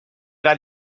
era